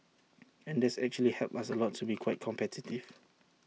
and that's actually helped us to be quite competitive